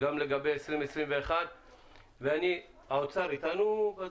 גם לגבי שנת 2021. האוצר אתנו?